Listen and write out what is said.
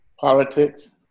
politics